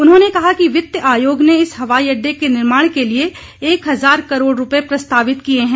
उन्होंने कहा कि वित्त आयोग ने इस हवाई अड्डे के निर्माण के लिए एक हजार करोड़ रुपये प्रस्तावित किए है